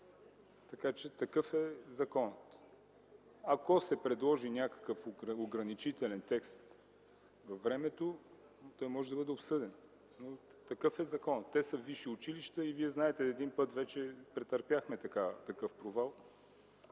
Такъв е законът. Ако се предложи някакъв ограничителен текст във времето, той може да бъде обсъден. Такъв е законът – те са висши училища. Вие знаете, един път вече претърпяхме такъв провал.